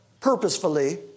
purposefully